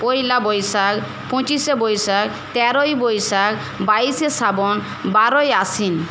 পয়লা বৈশাখ পঁচিশে বৈশাখ তেরোই বৈশাখ বাইশে শ্রাবণ বারোই আশ্বিন